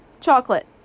Chocolate